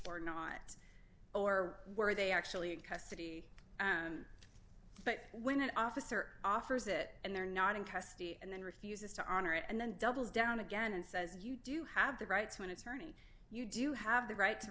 or not or were they actually in custody but when an officer offers it and they're not in custody and then refuses to honor it and then doubles down again and says you do have the right to an attorney you do have the right to